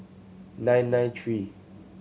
nine nine three